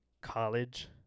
college